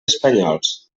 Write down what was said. espanyols